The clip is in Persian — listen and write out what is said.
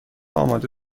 آماده